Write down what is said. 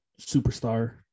superstar